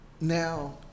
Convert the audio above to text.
now